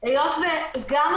כשהגענו